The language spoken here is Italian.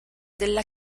della